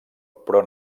pro